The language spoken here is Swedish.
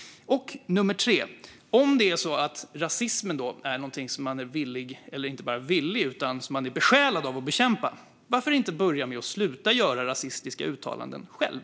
Om det är så att rasismen är någonting som man är besjälad av att bekämpa, varför inte börja med att sluta göra rasistiska uttalanden själv?